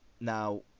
Now